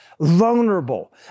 vulnerable